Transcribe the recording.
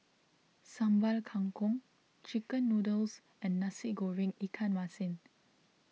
Sambal Kangkong Chicken Noodles and Nasi Goreng Ikan Masin